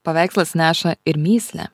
paveikslas neša ir mįslę